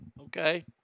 Okay